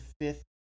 fifth